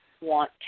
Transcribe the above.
want